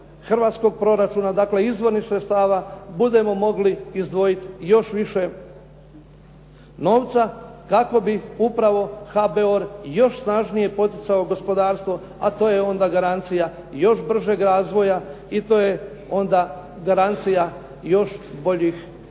hrvatskog proračuna, dakle izvornih sredstava, budemo mogli izdvojiti još više novca kako bi upravo HBOR još snažnije poticao gospodarstvo, a to je onda garancija još bržeg razvoja i to je onda garancija još boljih ostvarenje